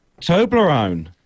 Toblerone